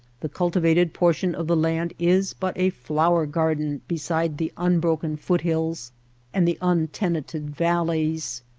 the cultivated portion of the land is but a flower-garden beside the unbroken foot-hills and the untenanted valleys.